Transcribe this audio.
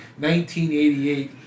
1988